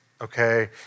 Okay